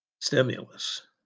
stimulus